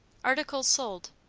articles sold.